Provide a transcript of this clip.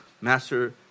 master